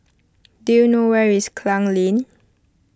do you know where is Klang Lane